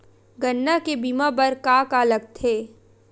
गन्ना के बीमा बर का का लगथे?